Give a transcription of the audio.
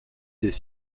des